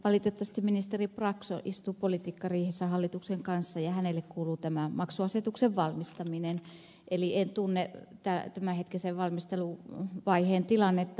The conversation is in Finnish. valitettavasti ministeri brax istuu politiikkariihessä hallituksen kanssa ja hänelle kuuluu tämä maksuasetuksen valmistaminen eli en tunne tämänhetkisen valmisteluvaiheen tilannetta